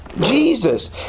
Jesus